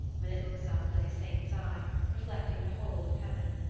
when it looks up like a saint's eye reflecting the whole of heaven.